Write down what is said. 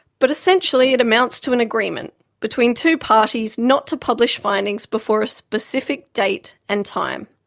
but essentially it amounts to an agreement between two parties not to publish findings before a specific date and time.